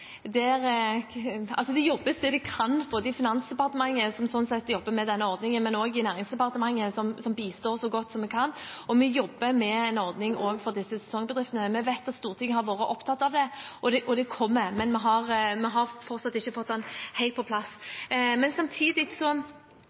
kan, ikke bare i Finansdepartementet, som jobber med denne ordningen, men også i Nærings- og fiskeridepartementet, som bistår så godt vi kan. Vi jobber med en ordning for også disse sesongbedriftene. Vi vet at Stortinget har vært opptatt av det, og det kommer, men vi har fortsatt ikke fått det helt på plass. Det var viktig for regjeringen, men